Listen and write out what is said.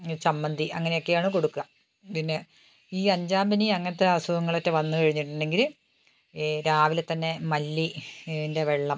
ചമ്മന്തി അങ്ങനെയൊക്കെയാണ് കൊടുക്കുക പിന്നെ ഈ അഞ്ചാംപനി അങ്ങനത്തെ അസുഖങ്ങളൊക്കെ വന്നു കഴിഞ്ഞിട്ടുണ്ടെങ്കിൽ ഈ രാവിലെത്തന്നെ മല്ലീന്റെ വെള്ളം